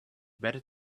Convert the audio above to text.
better